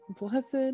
blessed